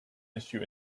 issue